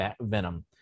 Venom